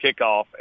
kickoff